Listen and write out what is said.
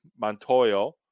Montoyo